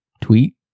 Tweet